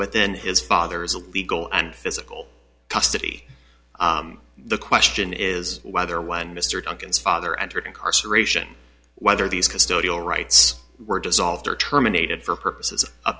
within his father's a legal and physical custody the question is whether when mr duncan's father entered incarceration whether these custodial rights were dissolved or terminated for purposes